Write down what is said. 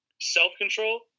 self-control